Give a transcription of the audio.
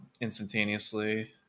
instantaneously